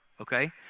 okay